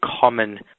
common